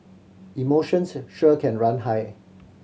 emotions sure can run high